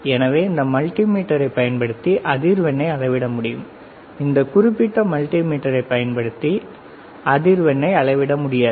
எனவே இந்த மல்டிமீட்டரைப் பயன்படுத்தி அதிர்வெண்ணை அளவிட முடியும் இந்த குறிப்பிட்ட மல்டிமீட்டரைப் பயன்படுத்தி அதிர்வெண்ணை அளவிட முடியாது